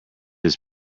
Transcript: its